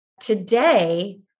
today